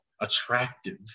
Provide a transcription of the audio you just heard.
attractive